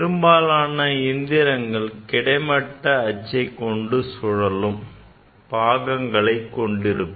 பெரும்பாலான இயந்திரங்கள் கிடைமட்ட அச்சை கொண்டு சுழலும் பாகங்களை கொண்டிருக்கும்